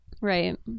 Right